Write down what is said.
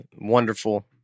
wonderful